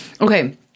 okay